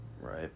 Right